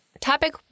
Topic